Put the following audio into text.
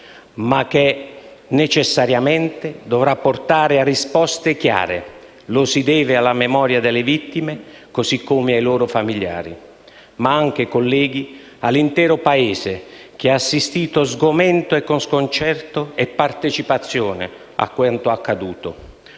ma che necessariamente dovrà portare a risposte chiare: lo si deve alla memoria delle vittime, così come ai loro familiari, ma anche, colleghi, all'intero Paese che ha assistito sgomento, con sconcerto e partecipazione a quanto accaduto.